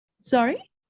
Sorry